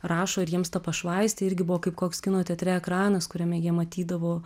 rašo ir jiems ta pašvaistė irgi buvo kaip koks kino teatre ekranas kuriame jie matydavo